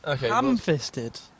Ham-fisted